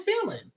feeling